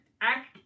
act